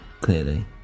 clearly